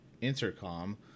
Intercom